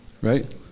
right